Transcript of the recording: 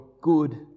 good